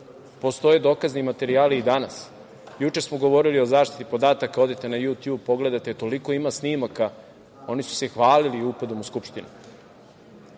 Postoje dokazni materijali i danas. Juče smo govorili o zaštiti podataka, odete na Jutjub, pogledate, toliko ima snimaka, oni su se hvalili upadom u Skupštinu. Da